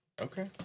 Okay